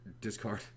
Discard